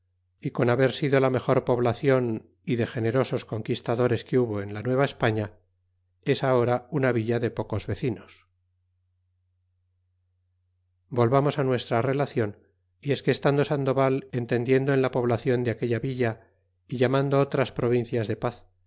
y con haber sido la mejor poblacion y de generosos conquistadores que hubo en la n ueva españa es ahora una villa de pocos vecinos volvamos á nuestra relacion y es que estando sandoval entendiendo en la poblacion de aquella villa y llamando otras p rovincias de paz